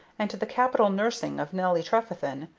and to the capital nursing of nelly trefethen,